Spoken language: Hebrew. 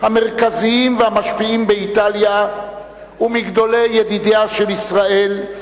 המרכזיים והמשפיעים באיטליה ומגדולי ידידיה של ישראל,